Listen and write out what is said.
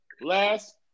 last